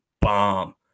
bomb